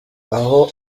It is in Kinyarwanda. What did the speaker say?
aho